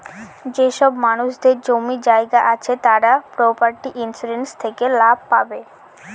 যেসব মানুষদের জমি জায়গা আছে তারা প্রপার্টি ইন্সুরেন্স থেকে লাভ পাবে